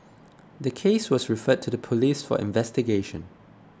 the case was referred to the police for investigation